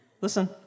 Listen